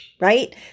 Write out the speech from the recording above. right